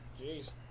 Jeez